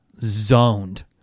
zoned